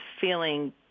feeling